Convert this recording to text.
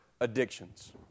addictions